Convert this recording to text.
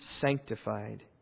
sanctified